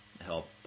help